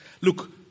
look